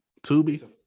Tubi